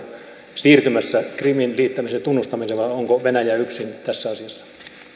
siirtymässä krimin liittämisen tunnustamiseen vai onko venäjä yksin tässä asiassa